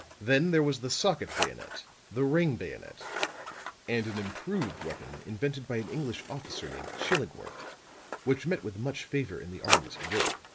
then there was the socket bayonet, the ring bayonet and an improved weapon invented by an english officer named chillingworth which met with much favor in the armies of europe.